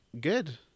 Good